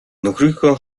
нөхрийнхөө